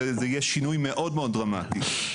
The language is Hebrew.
זה יהיה שינוי מאוד מאוד דרמטי.